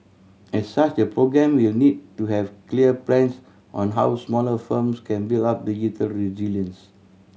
as such the programme will need to have clear plans on how smaller firms can build up digital resilience